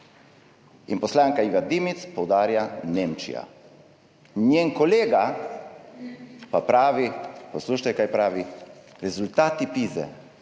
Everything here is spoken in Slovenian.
Poslanka Iva Dimic poudarja Nemčija. Njen kolega pa pravi, poslušajte, kaj pravi, rezultati PISA